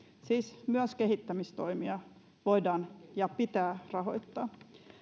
siis myös kehittämistoimia voidaan ja pitää rahoittaa